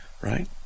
right